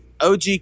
og